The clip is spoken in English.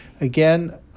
Again